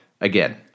again